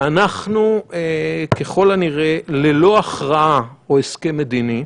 ואנחנו, ככל הנראה, ללא הכרעה או הסכם מדיני,